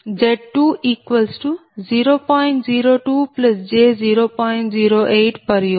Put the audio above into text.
01j0